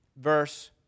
verse